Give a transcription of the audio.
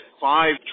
five